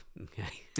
okay